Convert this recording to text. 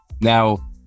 Now